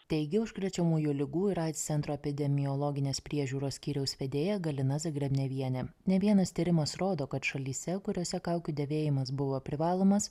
teigė užkrečiamųjų ligų ir aids centro epidemiologinės priežiūros skyriaus vedėja galina zagrebnevienė ne vienas tyrimas rodo kad šalyse kuriose kaukių dėvėjimas buvo privalomas